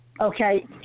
Okay